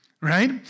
Right